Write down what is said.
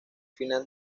final